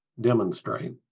demonstrate